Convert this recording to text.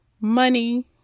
money